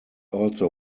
also